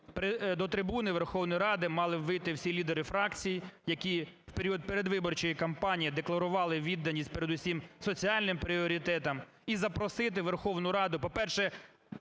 до трибуни Верховної Ради мали б вийти всі лідери фракцій, які в період передвиборчої кампанії декларували відданість передусім соціальним пріоритетам? І запросити Верховну Раду, по-перше,